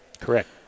Correct